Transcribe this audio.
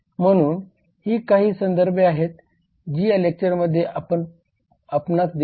म्हणून ही काही संदर्भे आहेत जी या लेक्चर मध्ये मी आपणास दिले आहेत